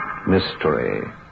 Mystery